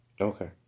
Okay